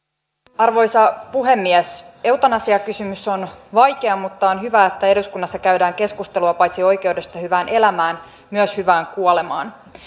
arvoisa puhemies eutanasiakysymys on vaikea mutta on hyvä että eduskunnassa käydään keskustelua paitsi oikeudesta hyvään elämään myös hyvään kuolemaan